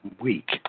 week